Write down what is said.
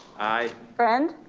aye. friend.